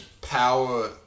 power